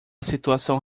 situação